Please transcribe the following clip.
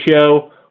show